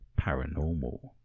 paranormal